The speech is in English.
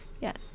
Yes